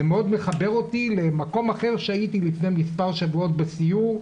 זה מאוד מחבר אותי למקום אחר שהייתי בו לפני מספר שבועות בסיור,